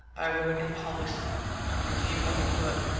i wrote and published a review of the book,